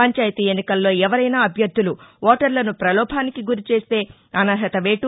పంచాయతీ ఎన్నికల్లో ఎవరైనా అభ్యర్థులు ఓటర్లను పలోభానికి గురిచేస్తే అనర్హత వేటు